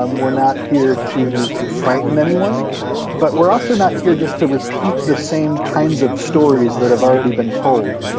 um we're not here to to frighten anyone but we're also not here just to repeat the same kinds of stories that have already been told.